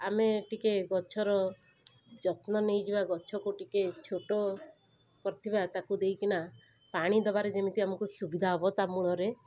ଆମେ ଟିକେ ଗଛର ଯତ୍ନନେଇଯିବା ଗଛକୁ ଟିକିଏ ଛୋଟ କରିଥିବା ତାକୁ ଦେଇକିନା ପାଣି ଦବାରେ ଯେମିତି ଆମକୁ ସୁବିଧାହବ ତା ମୂଳରେ